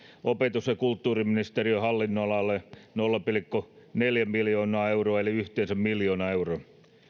opetus ja kulttuuriministeriön hallinnonalalle nolla pilkku neljä miljoonaa euroa eli yhteensä miljoona euroa